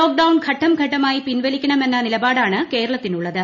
lockdown ഘട്ടംഘട്ടമായി പിൻവലിക്കണമെന്ന നീല്ച്ചാടാണ് കേരളത്തിനുള്ളത്